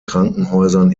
krankenhäusern